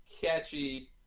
catchy